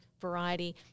variety